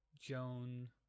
joan